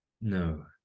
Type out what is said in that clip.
no